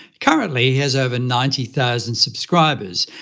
currently, he has over ninety thousand subscribers,